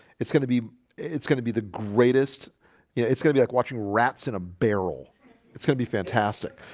it's gonna be it's gonna be the greatest yeah it's gonna be like watching rats in a barrel it's gonna be fantastic,